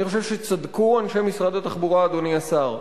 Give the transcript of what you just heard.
אני חושב שצדקו אנשי משרד התחבורה, אדוני השר,